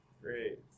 Great